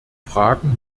fragen